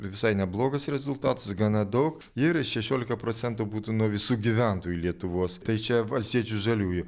ir visai neblogas rezultatas gana daug jie yra šešiolika procentų būtų nuo visų gyventojų lietuvos tai čia valstiečių žaliųjų